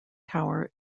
tower